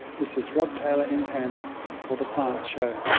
this is rod taylor in canberra for the science show.